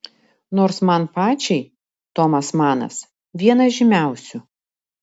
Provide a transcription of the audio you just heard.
nors man pačiai tomas manas vienas žymiausių